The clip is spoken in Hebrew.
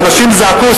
כשאנשים זעקו.